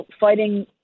fighting